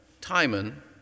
Timon